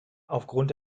aufgrund